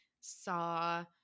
saw